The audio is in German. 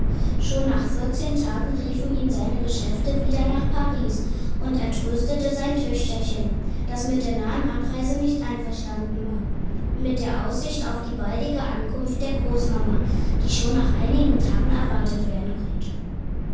schon nach vierzehn tagen riefen ihn seine geschäfte wieder nach paris und er tröstete sein töchterchen das mit der nahen abreise nicht einverstanden war mit der aussicht auf die baldige ankunft der großmama die schon nach einigen tagen erwartet werden konnte